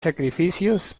sacrificios